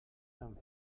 tan